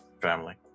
family